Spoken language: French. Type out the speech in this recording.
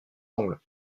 angles